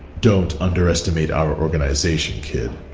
don't underestimate our organization kid.